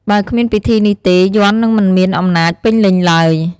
បើគ្មានពិធីនេះទេ យ័ន្តនឹងមិនមានអំណាចពេញលេញឡើយ។